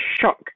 shock